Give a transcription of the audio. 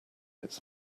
its